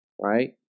right